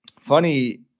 Funny